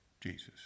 Jesus